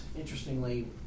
interestingly